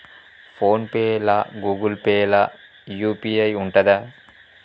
Phone pay లా Google pay లా UPI ఉంటదా?